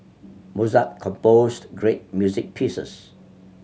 Mozart composed great music pieces